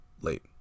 Late